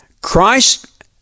Christ